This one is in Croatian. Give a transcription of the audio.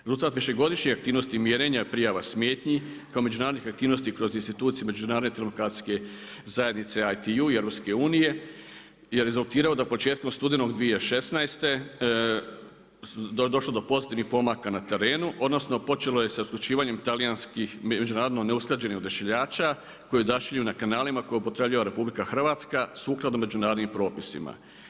Rezultat višegodišnje aktivnosti mjerenja i prijava smetnji kao međunarodnih aktivnosti kroz institucije međunarodne … zajednice ITU i EU je rezultirao da početkom studenog 2016. došlo do pozitivnih pomaka na terenu, odnosno počelo je sa isključivanjem talijanskih međunarodno neusklađenih odašiljača koji odašilju na kanalima koje upotrebljava RH sukladno međunarodnim propisima.